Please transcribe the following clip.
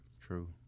True